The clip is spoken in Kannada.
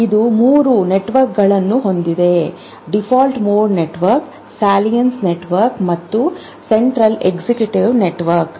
ಇದು 3 ನೆಟ್ವರ್ಕ್ಗಳನ್ನು ಹೊಂದಿದೆ ಡೀಫಾಲ್ಟ್ ಮೋಡ್ ನೆಟ್ವರ್ಕ್ಗಳು ಸಲೈಯೆನ್ಸ್ ನೆಟ್ವರ್ಕ್ ಮತ್ತು ಸೆಂಟ್ರಲ್ ಎಸ್ಎಕ್ಯುಟಿವ್ ನೆಟ್ವರ್ಕ್